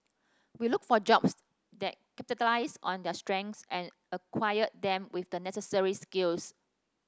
we look for jobs that capitalize on their strengths and acquire them with the necessary skills